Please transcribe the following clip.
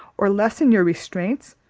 or lessen your restraints,